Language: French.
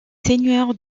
seigneur